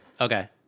Okay